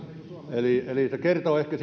enemmistöä eli se kertoo ehkä